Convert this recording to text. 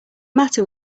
matter